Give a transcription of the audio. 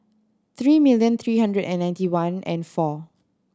three million three hundred and ninety one and four